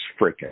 freaking